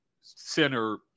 center